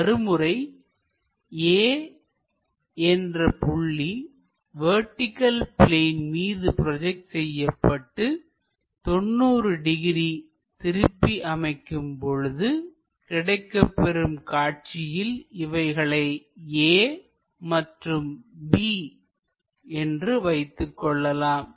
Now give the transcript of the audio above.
மறுமுறை A என்ற புள்ளி வெர்டிகள் பிளேன் மீது ப்ரோஜெக்ட் செய்யப்பட்டு 90 டிகிரி திருப்பி அமைக்கும் பொழுது கிடைக்கப்பெறும் காட்சியில் இவைகளை a மற்றும் b என்றும் வைத்துக் கொள்ளலாம்